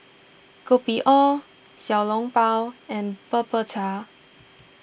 Kopi O Xiao Long Bao and Bubur Cha